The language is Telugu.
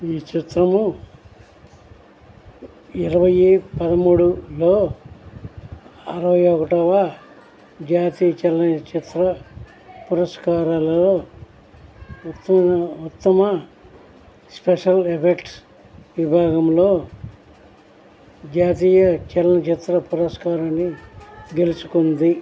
ఈ చిత్రం ఇరవై పదమూడులో అరవై ఒకటవ జాతీయ చలన చిత్ర పురస్కారాలలో ఉత్త ఉత్తమ స్పెషల్ ఎఫెక్ట్స్ విభాగంలో జాతీయ చలనచిత్ర పురస్కారాన్ని గెలుచుకుంది